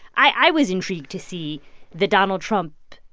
i was intrigued to see the donald trump,